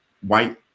white